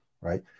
right